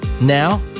Now